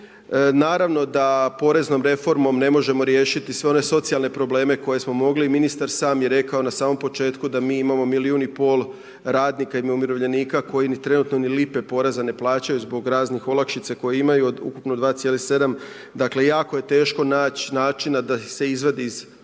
naravno da poreznom reformom ne možemo riješiti sve one socijalne probleme koje smo mogli i ministar sam je rekao na samom početku da mi imamo milijun i pol radnika, umirovljenika koji trenutno ni lipe poreza ne plaćaju zbog raznih olakšica koje imaju od ukupno 2,7. dakle jako je teško naći načina da ih se izvadi iz poreznih